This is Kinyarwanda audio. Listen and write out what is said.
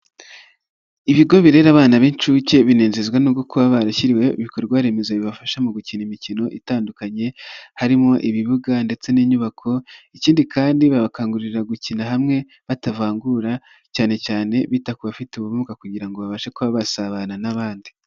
Ibigo birera abana b'inshuke binezezwa no kuba barashyiriweho ibikorwa remezo bibafasha mu gukina imikino itandukanye harimo ibibuga ndetse n'inyubako, ikindi kandi babakangurira gukina hamwe batavangura cyane cyane bita ku bafite ubumuga kugira ngo babashe kuba basabana n'abandi.